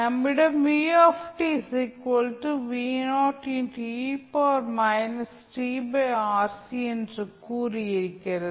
நம்மிடம் என்ற கூறு இருக்கிறது